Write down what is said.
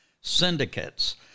syndicates